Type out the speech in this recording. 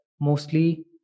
mostly